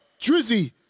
Drizzy